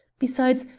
besides,